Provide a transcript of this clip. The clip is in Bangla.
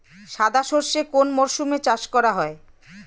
সাদা সর্ষে কোন মরশুমে চাষ করা হয়?